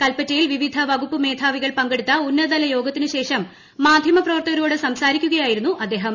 കൽപ്പറ്റയിൽ വിവിധ വകുപ്പു മേധാവികൾ പങ്കെടുത്ത ഉന്നതതല യോഗത്തിനു ശേഷം മാധ്യമ പ്രവർത്തകരോട് സംസാരിക്കുകയായിരുന്നു അദ്ദേഹം